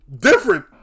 different